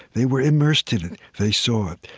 they were immersed in it. they saw it.